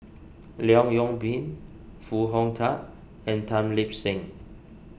Leong Yoon Pin Foo Hong Tatt and Tan Lip Seng